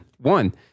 one